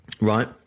right